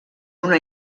una